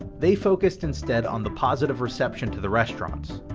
they focused instead on the positive reception to the restaurants.